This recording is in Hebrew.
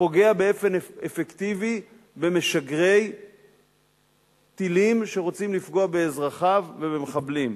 פוגע באופן אפקטיבי במשגרי טילים שרוצים לפגוע באזרחיו ובמחבלים.